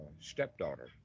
stepdaughter